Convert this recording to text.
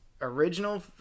original